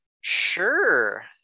sure